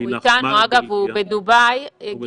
הוא בדובאי, הוא איתנו.